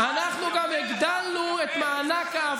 גם מגיל 12 עד גיל 18,